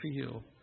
feel